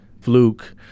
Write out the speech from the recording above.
fluke